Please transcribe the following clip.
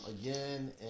again